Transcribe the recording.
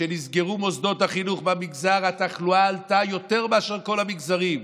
כשנסגרו מוסדות החינוך במגזר התחלואה עלתה יותר מאשר כל המגזרים,